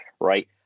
right